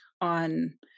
on